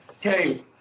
Hey